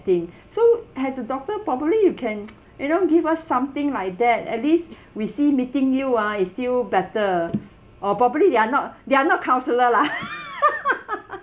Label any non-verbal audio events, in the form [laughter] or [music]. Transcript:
thing [breath] so as a doctor probably you can [noise] you know give us something like that at least [breath] we see meeting you ah is still better or probably they are not they are not counsellor lah [laughs]